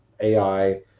AI